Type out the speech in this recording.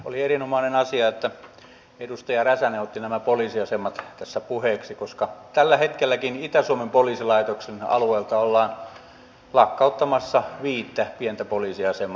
oli erinomainen asia että edustaja räsänen otti nämä poliisiasemat tässä puheeksi koska tällä hetkelläkin itä suomen poliisilaitoksen alueelta ollaan lakkauttamassa viittä pientä poliisiasemaa